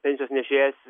pensijos nešėjas